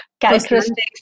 characteristics